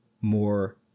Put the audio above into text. more